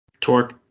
Torque